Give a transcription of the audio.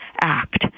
act